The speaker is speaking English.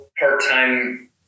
Part-time